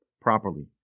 properly